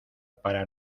para